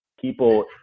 people